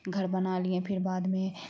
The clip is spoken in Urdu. گھر بنا لئیں پھر بعد میں